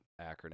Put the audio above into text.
acronym